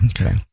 Okay